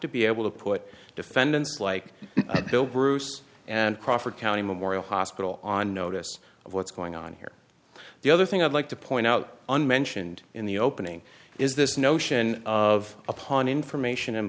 to be able to put defendants like bill bruce and crawford county memorial hospital on notice of what's going on here the other thing i'd like to point out unmentioned in the opening is this notion of upon information and